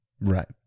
Right